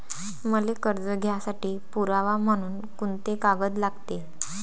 मले कर्ज घ्यासाठी पुरावा म्हनून कुंते कागद लागते?